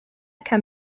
can